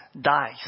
dies